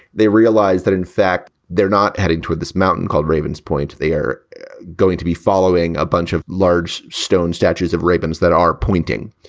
they realize that in fact they're not heading toward this mountain called ravens' point. they are going to be following a bunch of large stone statues of ray-bans that are pointing.